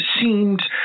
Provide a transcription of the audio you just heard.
seemed